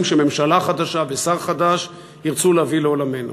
שממשלה חדשה ושר חדש ירצו להביא לעולמנו.